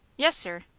yes, sir?